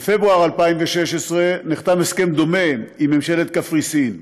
בפברואר 2016 נחתם הסכם דומה עם ממשלת קפריסין.